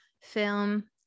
film